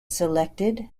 selected